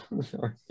Sorry